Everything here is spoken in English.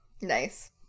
Nice